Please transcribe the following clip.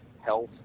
health